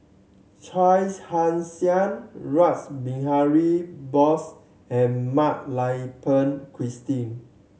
Chia Ann Siang Rash Behari Bose and Mak Lai Peng Christine